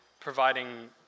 providing